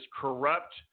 corrupt